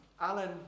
Alan